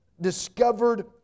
Discovered